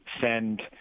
send